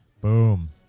Boom